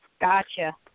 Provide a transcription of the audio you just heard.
Gotcha